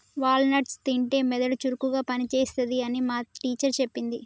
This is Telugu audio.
వాల్ నట్స్ తింటే మెదడు చురుకుగా పని చేస్తది అని మా టీచర్ చెప్పింది